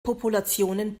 populationen